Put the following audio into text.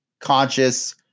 conscious